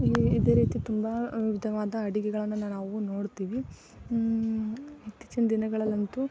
ಇದೇ ರೀತಿ ತುಂಬ ವಿಧವಾದ ಅಡುಗೆಗಳನ್ನ ನಾವೂ ನೋಡ್ತೀವಿ ಇತ್ತೀಚಿನ ದಿನಗಳಲ್ಲಂತೂ